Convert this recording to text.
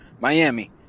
Miami